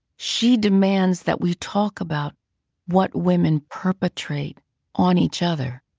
she demands that we talk about what women perpetrate on each other,